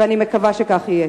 ואני מקווה שכך יהיה.